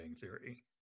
theory